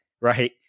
Right